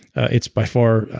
it's by far,